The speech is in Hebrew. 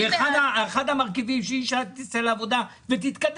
אחד המרכיבים כדי שאישה תצא לעבודה ותתקדם